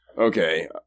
Okay